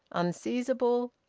unseizable,